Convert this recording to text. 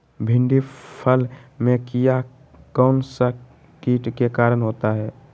भिंडी फल में किया कौन सा किट के कारण होता है?